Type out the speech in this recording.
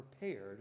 prepared